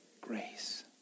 Grace